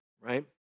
right